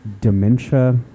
dementia